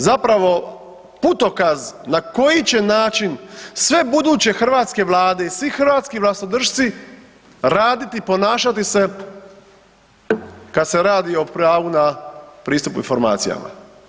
I on je zapravo putokaz na koji će nać sve buduće hrvatske vlade i svi hrvatski vlastodršci raditi, ponašati se kad se radi o pravu na pristup informacijama.